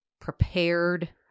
prepared